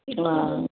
हा